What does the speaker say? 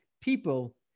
people